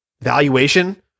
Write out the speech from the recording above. valuation